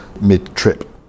mid-trip